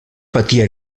patia